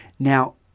now,